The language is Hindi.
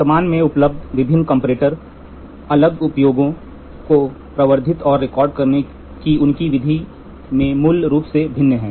वर्तमान में उपलब्ध विभिन्न कंपैरेटर अलग उपायों को प्रवर्धित और रिकॉर्ड करने की उनकी विधि में मूल रूप से भिन्न हैं